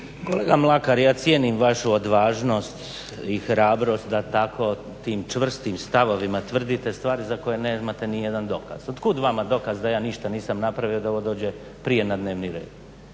Kolega Mlakar, ja cijenim vašu odvažnost i hrabrost da tako tim čvrstim stavovima tvrdite stvari za koje nemate ni jedan dokaz. Od kud vama dokaz da ja ništa nisam napravio da ovo dođe prije na dnevni red?